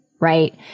right